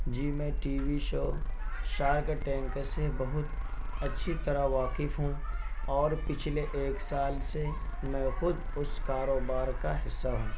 جی میں TV show Shark Tank سے بہت اچھی طرح واقف ہوں اور پچھلے ایک سال سے میں خود اس کاروبار کا حصہ ہوں